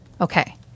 Okay